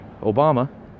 Obama